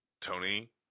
Tony